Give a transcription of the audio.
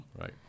Right